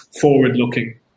forward-looking